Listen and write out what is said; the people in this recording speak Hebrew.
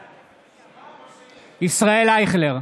בעד ישראל אייכלר,